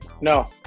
No